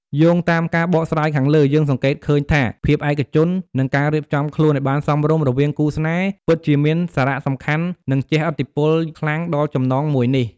យោងតាមការបកស្រាយខាងលើ យើងសង្កេតឃើញថាភាពឯកជន និងការរៀបចំខ្លួនឱ្យបានសមរម្យរវាងគូរស្នេហ៍ពិតជាមានសារៈសំខាន់និងជះឥទ្ធិពលខ្លាំងដល់ចំណងមួយនេះ។